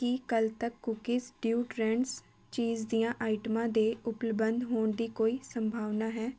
ਕੀ ਕੱਲ੍ਹ ਤੱਕ ਕੂਕੀਜ਼ ਡੀਊਟਰੈਂਡਸ ਚੀਜ਼ ਦੀਆਂ ਆਈਟਮਾਂ ਦੇ ਉਪਲੱਬਧ ਹੋਣ ਦੀ ਕੋਈ ਸੰਭਾਵਨਾ ਹੈ